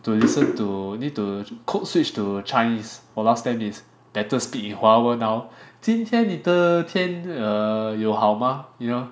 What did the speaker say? to listen to need to code switch to Chinese orh last ten minutes better speak in 华文 now 今天你的天有好吗 you know